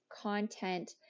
content